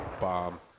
bomb